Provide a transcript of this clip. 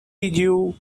you